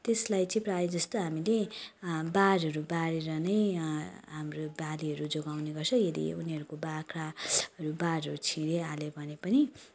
त्यसलाई चाहिँ प्रायः जस्तो हामीले बारहरू बारेर नै हाम्रो बालीहरू जोगाउने गर्छ यदि उनीहरूको बाख्रा बारहरू छिरिहाल्यो भने पनि